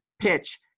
PITCH